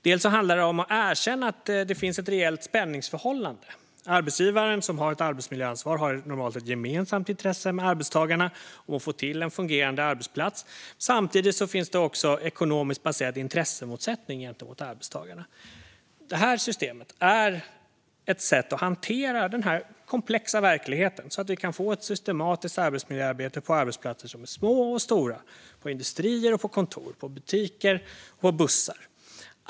Dels handlar det om att erkänna att det finns ett reellt spänningsförhållande: Arbetsgivaren, som har ett arbetsmiljöansvar, har normalt ett gemensamt intresse med arbetstagarna av att få till en fungerande arbetsplats. Samtidigt finns det en ekonomiskt baserad intressemotsättning gentemot arbetstagarna. Detta system är ett sätt att hantera den komplexa verkligheten, så att vi kan få ett systematiskt arbetsmiljöarbete på arbetsplatser som är små och stora - i industrier, på kontor, i butiker och på bussar.